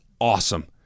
awesome